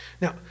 Now